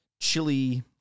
chili